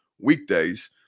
weekdays